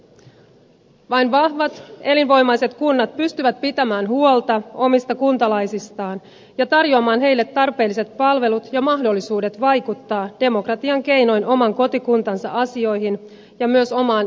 vain vahvat elinvoimaiset kunnat pystyvät pitämään huolta omista kuntalaisistaan ja tarjoamaan heille tarpeelliset palvelut ja mahdollisuudet vaikuttaa demokratian keinoin oman kotikuntansa asioihin ja myös omaan elinpiiriinsä